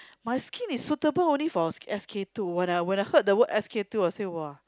my skin is suitable only for S_K-two when I when I heard the word S_K-two I say !wah!